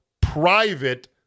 private